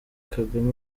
kagame